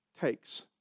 takes